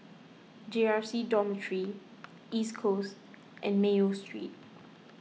J R C Dormitory East Coast and Mayo Street